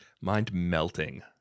Mind-melting